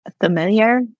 familiar